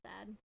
sad